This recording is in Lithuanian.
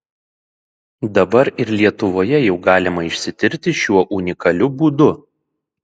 dabar ir lietuvoje jau galima išsitirti šiuo unikaliu būdu